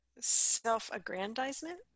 self-aggrandizement